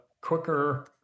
quicker